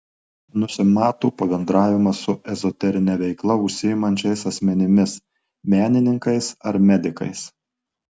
nusimato pabendravimas su ezoterine veikla užsiimančiais asmenimis menininkais ar medikais